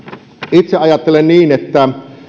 itse ajattelen niin että